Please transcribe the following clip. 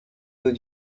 eaux